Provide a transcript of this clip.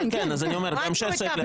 אני אומר: גם סעיף 6 צריך להשתנות.